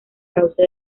causa